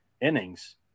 innings